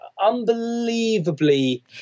unbelievably